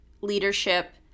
leadership